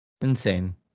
Insane